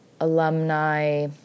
alumni